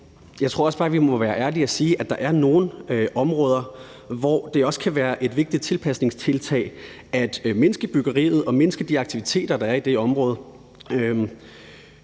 jeg tror også bare, at vi må være ærlige og sige, at der er nogle områder, hvor det også kan være et vigtigt tilpasningstiltag at mindske byggeriet og mindske de aktiviteter, der er i det område,